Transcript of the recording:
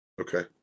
Okay